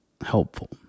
helpful